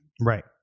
Right